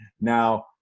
Now